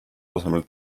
tasemel